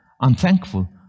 unthankful